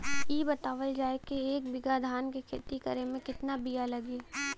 इ बतावल जाए के एक बिघा धान के खेती करेमे कितना बिया लागि?